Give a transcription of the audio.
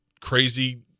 crazy